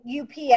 UPS